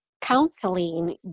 counseling